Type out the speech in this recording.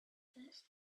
first